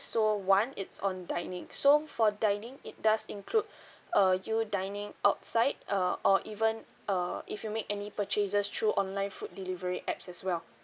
so one it's on dining so for dining it does include uh you dining outside uh or even uh if you make any purchases through online food delivery apps as well